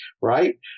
right